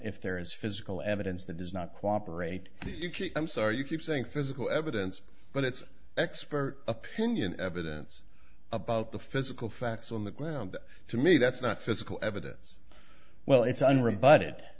if there is physical evidence that does not cooperate i'm sorry you keep saying physical evidence but it's expert opinion evidence about the physical facts on the ground to me that's not physical evidence well it's unre